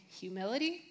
humility